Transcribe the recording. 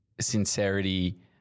sincerity